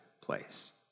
place